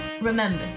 Remember